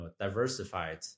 diversified